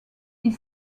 his